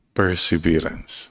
perseverance